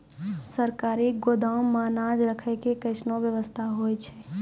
सरकारी गोदाम मे अनाज राखै के कैसनौ वयवस्था होय छै?